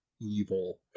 evil